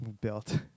built